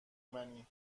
منی